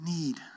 need